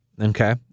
Okay